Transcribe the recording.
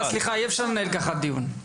אי אפשר לנהל ככה דיון.